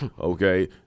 okay